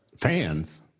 Fans